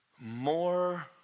more